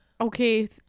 okay